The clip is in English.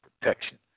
protection